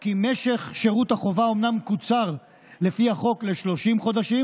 כי משך שירות החובה אומנם קוצר לפי החוק ל-30 חודשים,